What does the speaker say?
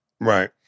right